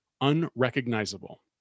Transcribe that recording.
unrecognizable